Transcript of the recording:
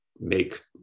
make